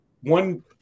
One